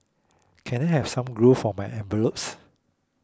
can I have some glue for my envelopes